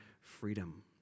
freedom